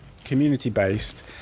community-based